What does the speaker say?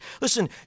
Listen